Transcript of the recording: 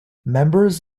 members